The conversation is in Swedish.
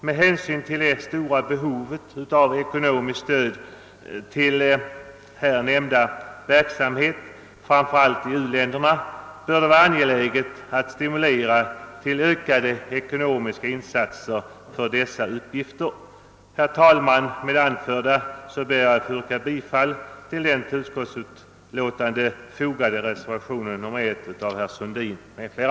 Med hänsyn till det stora behovet av ekonomiskt stöd till här nämnda verksamhet, framför allt i u-länderna, bör det vara angeläget att stimulera till ökade ekonomiska insatser i denna verksamhet. Herr talman! Med det anförda ber jag att få yrka bifall till den vid utskottets betänkande fogade reservationen nr 1 av herr Sundin m.fl.